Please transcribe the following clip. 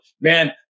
Man